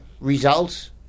results